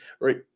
right